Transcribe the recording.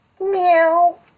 Meow